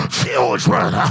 children